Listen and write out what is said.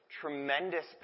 tremendous